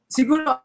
Siguro